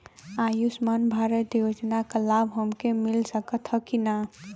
आयुष्मान भारत योजना क लाभ हमके मिल सकत ह कि ना?